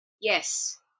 Yes